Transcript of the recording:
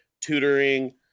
tutoring